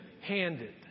handed